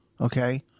okay